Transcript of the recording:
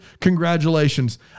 Congratulations